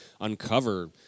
uncover